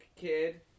kid